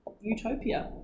utopia